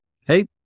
Hey